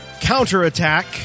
counterattack